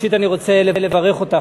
ראשית אני רוצה לברך אותך,